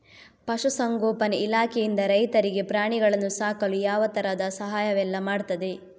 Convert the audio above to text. ಪಶುಸಂಗೋಪನೆ ಇಲಾಖೆಯಿಂದ ರೈತರಿಗೆ ಪ್ರಾಣಿಗಳನ್ನು ಸಾಕಲು ಯಾವ ತರದ ಸಹಾಯವೆಲ್ಲ ಮಾಡ್ತದೆ?